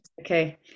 Okay